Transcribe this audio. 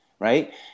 Right